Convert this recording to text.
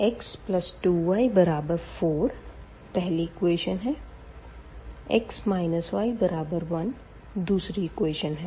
𝑥2𝑦 4 पहली इक्वेशन है x y1 दूसरी इक्वेशन है